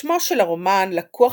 שמו של הרומן לקוח,